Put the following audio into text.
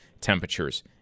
temperatures